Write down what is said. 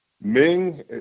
Ming